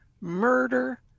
murder